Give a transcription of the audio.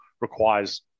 requires